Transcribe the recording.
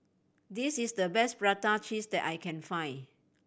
this is the best prata cheese that I can find